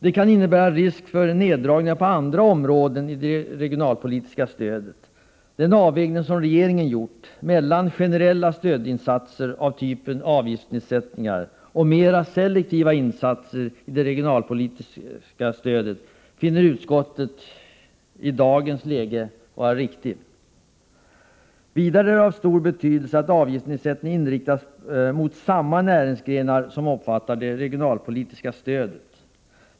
Det kan innebära risk för neddragningar på andra områden i det regionalpolitiska stödet. Den avvägning som regeringen gjort — mellan generella stödinsatser av typen avgiftsnedsättningar och mera selektiva insatser i det regionalpolitiska stödet — finner utskottet i dagens läge vara riktig. Vidare är det av stor betydelse att avgiftsnedsättningen inriktas mot samma näringsgrenar som omfattas av det regionalpolitiska stödet.